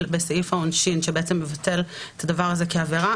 בסעיף העונשין שמבטל את הדבר הזה כעבירה.